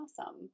Awesome